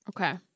Okay